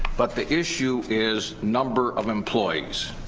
but the issue is number of employees,